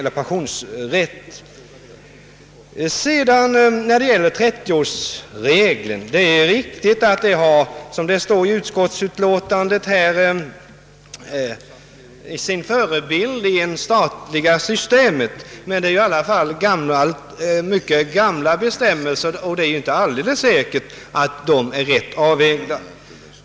Vad 30-årsregeln beträffar är det riktigt att denna, som det står i utskottsutlåtandet, har sin förebild i det statliga systemet. Men det är i alla fall mycket gamla bestämmelser det därvidlag gäller, och det är inte alldeles säkert att de är rätt avvägda.